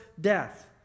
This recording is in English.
death